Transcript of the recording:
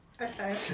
Okay